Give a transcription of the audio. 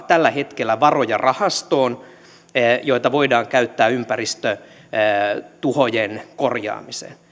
tällä hetkellä rahastoon varoja joita voidaan käyttää ympäristötuhojen korjaamiseen